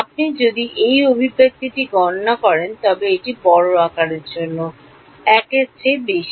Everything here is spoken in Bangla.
আপনি যদি এই অভিব্যক্তিটি গণনা করেন তবে এটি বড় আকারের জন্য 1 এর চেয়ে বেশি